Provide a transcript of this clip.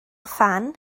phan